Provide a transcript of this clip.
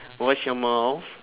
watch your mouth